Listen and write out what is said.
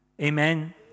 Amen